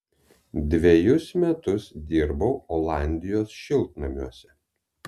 dvejus metus dirbau olandijos šiltnamiuose